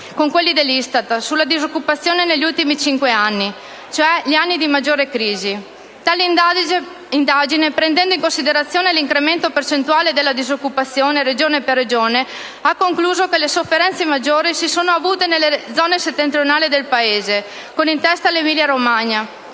con quelli dell'ISTAT sulla disoccupazione negli ultimi cinque anni, cioè gli anni di maggiore crisi. Tale indagine, prendendo in considerazione l'incremento percentuale della disoccupazione Regione per Regione, ha concluso che le sofferenze maggiori si sono avute nelle zone settentrionali del Paese, con in testa l'Emilia-Romagna